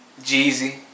Jeezy